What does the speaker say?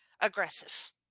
aggressive